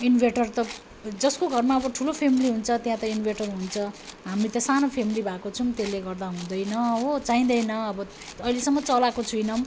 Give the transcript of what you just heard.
inverter त जसको घरमा अब ठुलो फ्यामिली हुन्छ त्यहाँ त इन्भर्टर हुन्छ हामीले त सानो फ्यामिली भएको छौँ त्यसले गर्दा हुँदैन हो चाहिँदैन अब अहिलेसम्म चलाएको छैनौँ